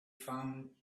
found